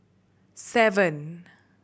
seven